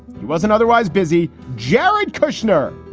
he wasn't otherwise busy. jared kushner,